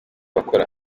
bakora